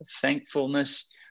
thankfulness